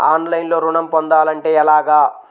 ఆన్లైన్లో ఋణం పొందాలంటే ఎలాగా?